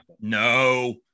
no